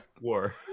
War